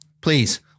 Please